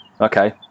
okay